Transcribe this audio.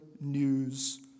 news